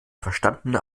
verstandene